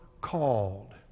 called